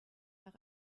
nach